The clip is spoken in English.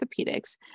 Orthopedics